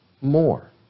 more